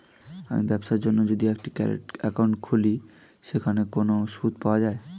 আমি ব্যবসার জন্য যদি একটি কারেন্ট একাউন্ট খুলি সেখানে কোনো সুদ পাওয়া যায়?